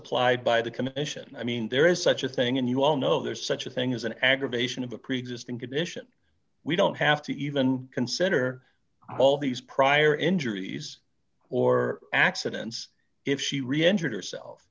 misapplied by the commission i mean there is such a thing and you all know there is such a thing as an aggravation of a preexisting condition we don't have to even consider all these prior injuries or accidents if she reentered herself